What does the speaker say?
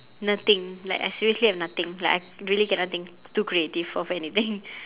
nothing like I seriously have nothing like I really cannot think too creative of anything